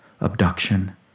abduction